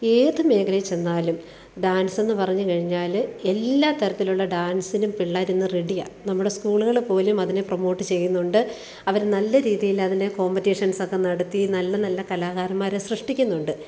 ഏത് മേഖലയിൽ ചെന്നാലും ഡാൻസെന്ന് പറഞ്ഞു കഴിഞ്ഞാൽ എല്ലാ താരത്തിലുള്ള ഡാൻസിലും പിള്ളേർ ഇന്ന് റെഡിയാണ് നമ്മുടെ സ്കൂളുകൾ പോലും അതിനെ പ്രൊമോട്ട് ചെയ്യുന്നുണ്ട് അവർ നല്ല രീതിയിൽ അതിനെ കോമ്പറ്റിഷൻസൊക്കെ നടത്തി നല്ല നല്ല കലാകാരന്മാരെ സൃഷ്ടിക്കുന്നുണ്ട്